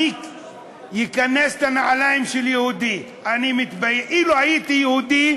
אני אכנס לנעליים של יהודי, אילו הייתי יהודי,